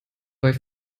bei